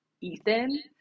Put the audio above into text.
Ethan